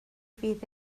fydd